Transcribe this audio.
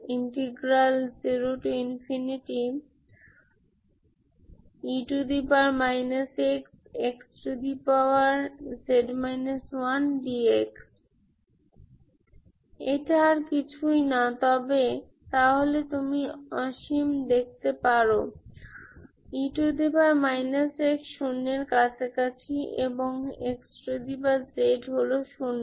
00e x xz 1dx এটা আর কিছুই না তবে তাহলে তুমি অসীমে দেখতে পারো e x শূন্যের কাছাকাছি এবং xz হল শূন্য